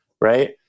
right